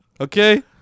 okay